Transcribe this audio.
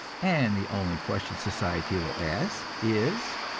and the only question society will ask is,